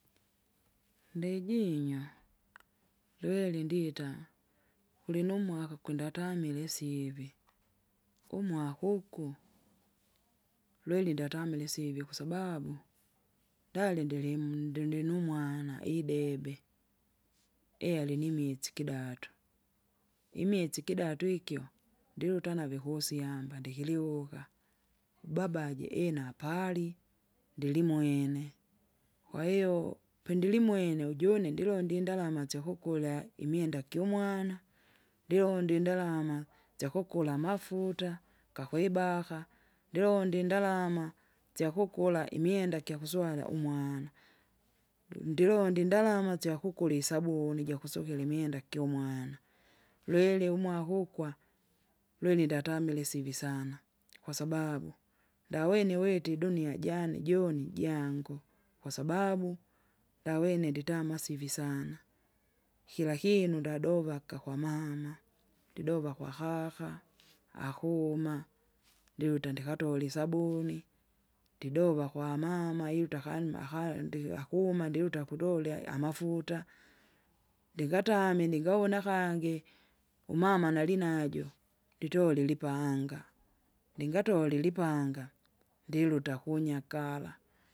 . Ndijinywa, lweri ndita, kulinumwaka kwenda atamile isivi, umwaka uku, lweri ndatamile isivi kwasababu, ndali ndilimu ndini numwana idebe, eehe alinimisi kidatu. Imwitsi ikidatu ikyo ndilutana vikusyamba ndikiliuka, ubaba aje ina apali, ndilimwene, kwahiyo, pindilimwene ujune ndilondio indalama syokukulea imwenda kyumwana, ndilonde indalama, syakukula amafuta, gakwibaka, ndilonde indalama, syakukura myenda kyakuswala umwana. U- ndilonda indalama syakukula isabuni jakusukira imwenda kyomwana, ulweri umwakukwa, lweri ndatamile isivi sana, kwasababu, ndawini witi idunia jane juni jango, kwasababu, ndawene nditama amasivi sana, kira kinu ndadova akakwamama, ndidova kwakaka, akuma, ndiute ndikatole isabuni, ndidova kwamama iluta akaima akae ndiakuma ndiluta kuloleae amafuta. Ndikatame ningawuna kangi, umama nalinajo nditolele ilipanga, ndingatole ilipanga, ndiluta kunyakala.